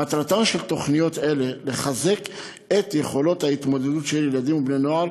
מטרתן של תוכניות אלה לחזק את יכולות ההתמודדות של ילדים ובני נוער